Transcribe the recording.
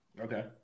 Okay